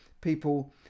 people